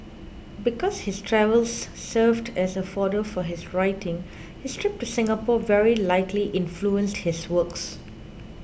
because his travels served as a fodder for his writing his trip to Singapore very likely influenced his works